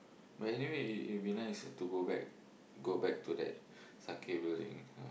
but anyway it it will be nice to go back go back to that sakae building